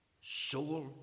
Soul